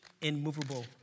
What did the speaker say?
immovable